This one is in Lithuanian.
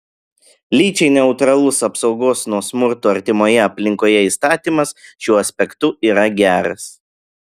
lyčiai neutralus apsaugos nuo smurto artimoje aplinkoje įstatymas šiuo aspektu yra geras